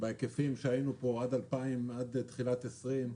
בהיקפים שהיינו פה עד תחילת שנת 2020,